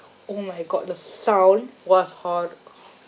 oh my god the sound was